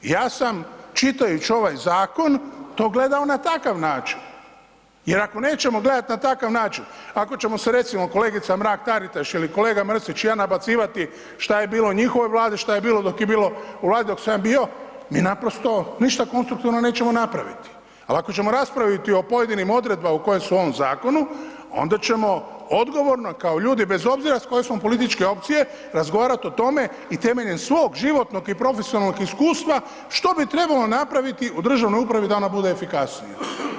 Ja sam čitajući ovaj zakon to gledao na takav način, jer ako nećemo gledati na takav način, ako ćemo se recimo kolegica Mrak Taritaš ili kolega Mrsić i ja nabacivati šta je bilo u njihovoj vladi, šta je bilo dok je bilo u vladi dok sam ja bio mi napravo ništa konstruktivno nećemo napraviti, ali ako ćemo raspraviti o pojedinim odredbama koje su u ovom zakonu onda ćemo odgovorno kao ljudi, bez obzira iz koje smo političke opcije razgovarati o tome i temeljem svog životnog i profesionalnog iskustva što bi trebalo napraviti u državnoj upravi da ona bude efikasnija.